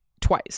twice